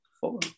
four